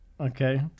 okay